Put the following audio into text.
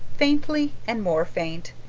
faintly and more faint,